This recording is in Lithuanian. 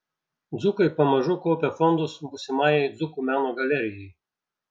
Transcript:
dzūkai pamažu kaupia fondus būsimajai dzūkų meno galerijai